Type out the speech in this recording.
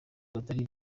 batari